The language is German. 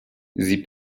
sie